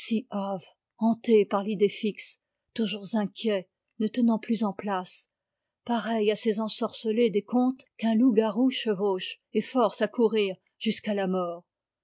par l'idée fixe toujours inquiet ne tenant plus en place pareil à ces ensorcelés des contes qu'un loup-garou chevauche et force à courir jusqu'à la mort